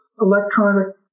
electronic